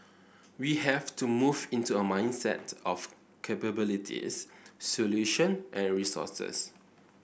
we have to move into a mindset of capabilities solutions and resources